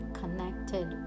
connected